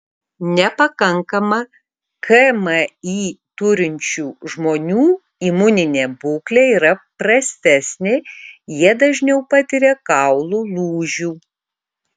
nepakankamą kmi turinčių žmonių imuninė būklė yra prastesnė jie dažniau patiria kaulų lūžių